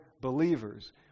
believers